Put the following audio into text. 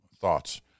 thoughts